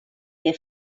que